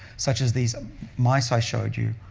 such as these mice i showed you.